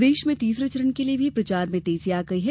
प्रदेश में तीसरे चरण के लिए भी प्रचार में तेजी आ गई है